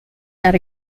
that